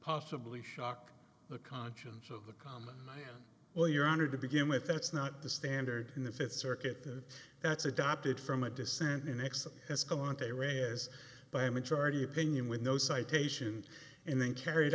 possibly shock the conscience of the common man well your honor to begin with that's not the standard in the fifth circuit that's adopted from a dissent in x as going to a re is by a majority opinion with no citation and then carried